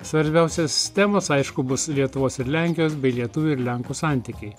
svarbiausios temos aišku bus lietuvos ir lenkijos bei lietuvių ir lenkų santykiai